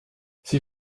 sie